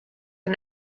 der